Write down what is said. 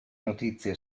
notizie